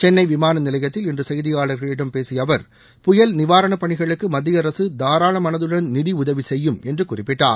சென்னைவிமானநிலையத்தில் இன்றுசெய்தியாளர்களிடம் பேசியஅவர் புயல் நிவாரணப் பணிகளுக்குமத்தியஅரசுதாராளமனதுடன் நிதிஉதவிசெய்யும் என்றுகுறிப்பிட்டார்